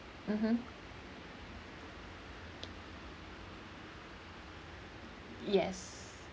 mmhmm yes